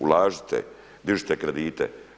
Ulažite, dižite kredite.